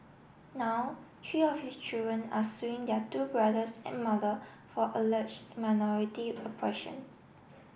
now tree of his children are suing their two brothers and mother for alleged minority oppression